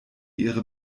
ihre